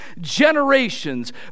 generations